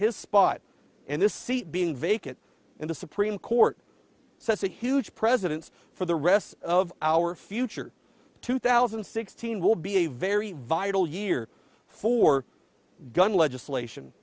his spot and this seat being vacant in the supreme court says a huge presidents for the rest of our future two thousand and sixteen will be a very vital year for gun legislation